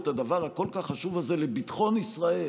את הדבר הכל-כך חשוב הזה לביטחון ישראל,